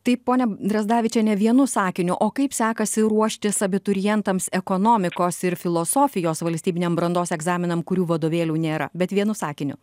tai ponia drazdavičiene vienu sakiniu o kaip sekasi ruoštis abiturientams ekonomikos ir filosofijos valstybiniam brandos egzaminam kurių vadovėlių nėra bet vienu sakiniu